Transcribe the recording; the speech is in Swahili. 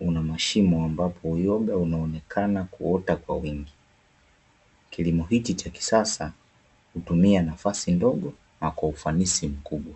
una mashimo ambapo uyoga unaonekana kuota kwa wingi. Kilimo hiki cha kisasa hutumia nafasi ndogo, na kwa ufanisi mkubwa.